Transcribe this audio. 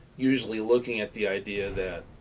usually looking at the idea that